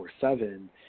seven